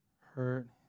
hurt